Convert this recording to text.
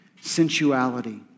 sensuality